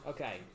Okay